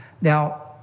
Now